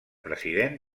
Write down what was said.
president